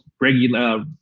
regular